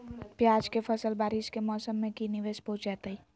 प्याज के फसल बारिस के मौसम में की निवेस पहुचैताई?